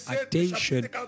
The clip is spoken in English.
attention